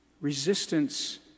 Resistance